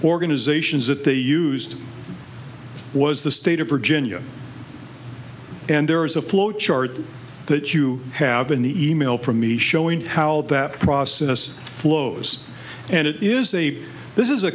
organizations that they used was the state of virginia and there is a flow chart that you have in the e mail from me showing how that process flows and it is a this is a